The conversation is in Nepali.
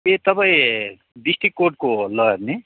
तपाईँ डिस्ट्रिक्ट कोर्टको लयर नि